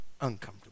uncomfortable